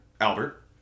Albert